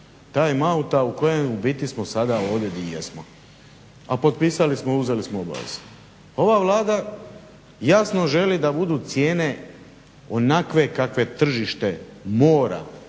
time-out-a u kojem u biti smo sada ovdje gdje jesmo. A potpisali smo, uzeli smo obaveze. Ova Vlada jasno želi da budu cijene onakve kakve tržište mora